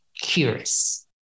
curious